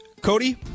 Cody